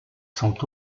sont